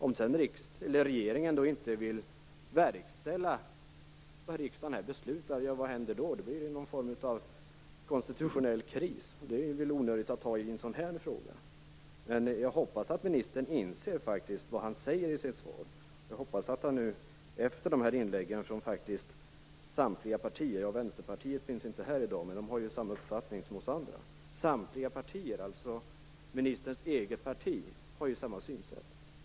Om sedan regeringen inte vill verkställa vad riksdagen beslutar - ja, vad händer då? Det blir någon form av konstitutionell kris, och det är väl onödigt i en sådan här fråga. Jag hoppas att ministern inser vad han faktiskt säger i sitt svar. De här inläggen visar ju att samtliga partier, även ministerns eget parti, har samma synsätt. Vänsterpartiet finns visserligen inte med i dagens debatt, men det har samma uppfattning som vi andra.